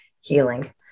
healing